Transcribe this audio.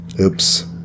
oops